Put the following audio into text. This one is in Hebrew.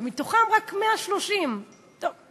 ומתוכן יש רק 130. טוב,